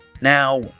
Now